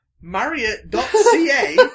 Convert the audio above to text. marriott.ca